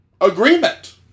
agreement